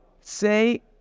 say